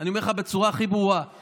ואני אומר לך בצורה הכי ברורה,